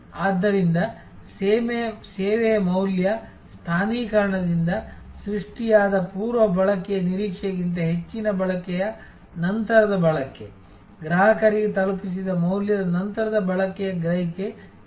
ಆದ್ದರಿಂದ ಸೇವೆಯ ಮೌಲ್ಯ ಸ್ಥಾನೀಕರಣದಿಂದ ಸೃಷ್ಟಿಯಾದ ಪೂರ್ವ ಬಳಕೆಯ ನಿರೀಕ್ಷೆಗಿಂತ ಹೆಚ್ಚಿನ ಬಳಕೆಯ ನಂತರದ ಬಳಕೆ ಗ್ರಾಹಕರಿಗೆ ತಲುಪಿಸಿದ ಮೌಲ್ಯದ ನಂತರದ ಬಳಕೆಯ ಗ್ರಹಿಕೆ ಹೆಚ್ಚಿರಬೇಕು